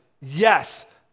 Yes